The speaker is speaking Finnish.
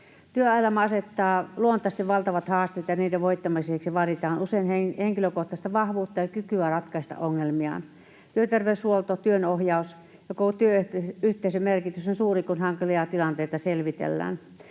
Työelämä asettaa luontaisesti valtavat haasteet, ja niiden voittamiseksi vaaditaan usein henkilökohtaista vahvuutta ja kykyä ratkaista ongelmiaan. Työterveyshuollon, työnohjauksen ja koko työyhteisön merkitys on suuri, kun hankalia tilanteita selvitellään.